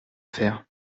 faire